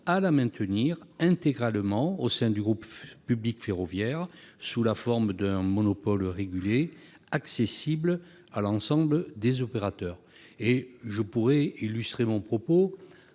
à la maintenir intégralement au sein du groupe public ferroviaire, sous la forme d'un monopole régulé, accessible à l'ensemble des opérateurs. Pour illustrer mon propos,